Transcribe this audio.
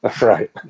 Right